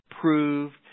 proved